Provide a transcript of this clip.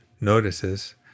notices